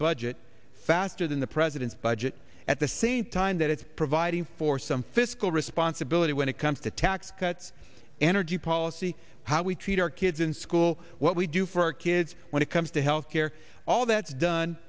budget faster than the president's budget at the same time that it's providing for some fiscal responsibility when it comes to tax cuts energy policy how we treat our kids in school what we do for our kids when it comes to health care all that's